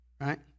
right